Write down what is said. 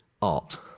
art